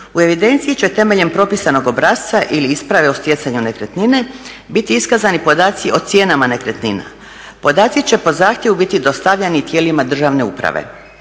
U evidenciji će temeljem propisanog obrasca ili isprave o stjecanju nekretnine biti iskazani podaci o cijenama nekretnina. Podaci će po zahtjevu biti dostavljeni tijelima državne uprave.